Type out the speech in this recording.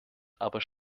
aber